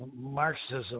Marxism